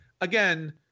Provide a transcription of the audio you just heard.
again